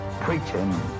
preaching